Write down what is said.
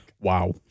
Wow